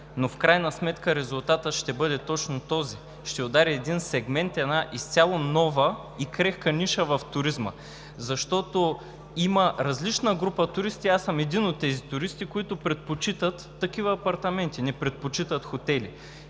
но в крайна сметка резултатът ще бъде точно този – ще удари един сегмент, една изцяло нова и крехка ниша в туризма, защото има различна група туристи. Аз съм един от тези туристи, които предпочитат такива апартаменти, не предпочитат хотели.